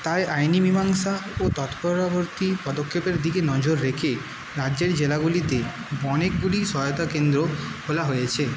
তাই আইনি মীমাংসা ও তৎপরবর্তী পদক্ষেপের দিকে নজর রেখে রাজ্যের জেলাগুলিতে অনেকগুলি সহায়তা কেন্দ্র খোলা হয়েছে